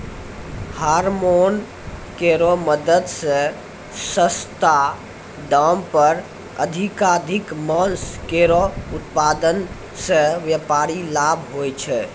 hormone केरो मदद सें सस्ता दाम पर अधिकाधिक मांस केरो उत्पादन सें व्यापारिक लाभ होय छै